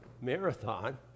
marathon